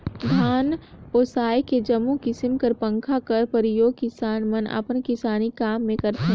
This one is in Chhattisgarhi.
धान ओसाए के जम्मो किसिम कर पंखा कर परियोग किसान मन अपन किसानी काम मे करथे